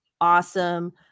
awesome